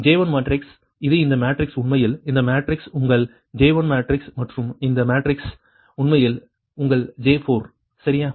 J1 matrix இது இந்த matrix உண்மையில் இந்த மேட்ரிக்ஸ் உங்கள் J1 மேட்ரிக்ஸ் மற்றும் இந்த மேட்ரிக்ஸ் உண்மையில் உங்கள் J4 சரியா